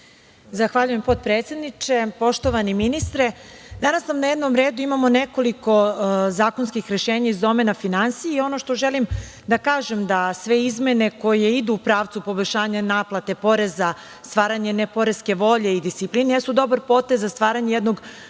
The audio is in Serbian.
Zahvaljujem, potpredsedniče. Poštovani ministre, danas na dnevnom redu imamo nekoliko zakonski rešenja iz domena finansija. Ono što želim da kažem da sve izmene koje idu u pravcu poboljšanja naplate poreza, stvaranje ne poreske volje i discipline, jesu dobar potez za stvaranje jednog